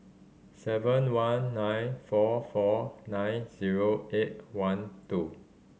seven one nine four four nine zero eight one two